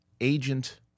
agent –